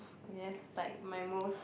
I guess like my most